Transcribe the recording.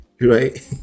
Right